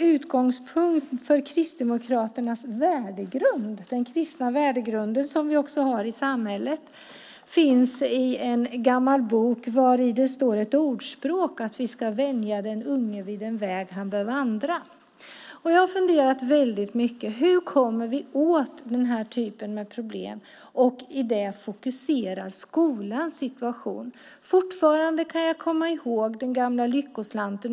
utgångspunkt för Kristdemokraternas värdegrund, den kristna värdegrunden som vi har i samhället, finns i en gammal bok vari det finns ett ordspråk, nämligen att vi ska vänja den unge vid den väg han bör vandra. Jag har funderat på hur vi kommer åt den här typen av problem. Vi måste fokusera på situationen i skolan. Jag kan fortfarande komma ihåg den gamla Lyckoslanten.